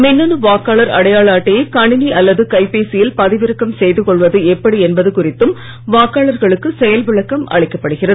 மின்னணு வாக்காளர் அடையாள அட்டையை கணினி அல்லது கைப்பேசியில் பதிவிறக்கம் செய்து கொள்வது எப்படி என்பது குறித்தும் வாக்காளர்களுக்கு செயல் விளக்கம் அளிக்கப்படுகிறது